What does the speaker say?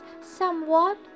somewhat